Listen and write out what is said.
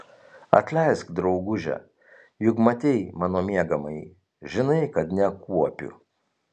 atleisk drauguže juk matei mano miegamąjį žinai kad nekuopiu